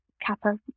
Kappa